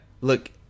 look